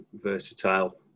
Versatile